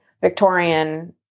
Victorian